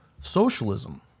socialism